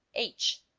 h.